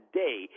day